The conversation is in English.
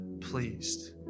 pleased